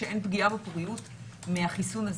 שאין פגיעה בפוריות מהחיסון הזה.